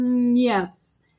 Yes